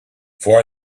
for